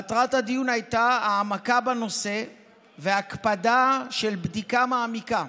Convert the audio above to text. מטרת הדיון הייתה העמקה בנושא והקפדה של בדיקה מעמיקה